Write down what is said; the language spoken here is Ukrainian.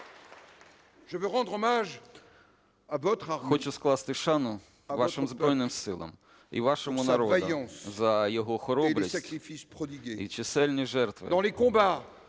Хочу скласти шану вашим Збройним Силам і вашому народу за його хоробрість і чисельні жертви,